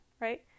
right